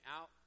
out